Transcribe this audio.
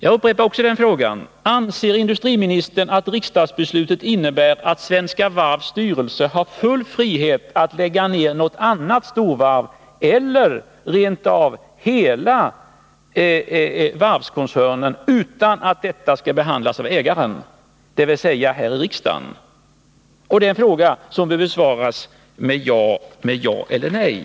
Jag upprepar också den frågan: Anser industriministern att riksdagsbeslutet innebär att Svenska Varvs styrelse har full frihet att lägga ned något annat storvarv eller rent av hela varvskoncernen utan att den frågan skall behandlas av ägaren, dvs. behandlas här i riksdagen? Det är en fråga som bör besvaras med ja eller nej.